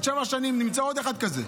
בעוד שבע שנים נמצא עוד אחד כזה.